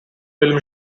film